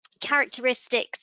characteristics